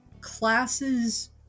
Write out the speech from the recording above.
classes